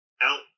out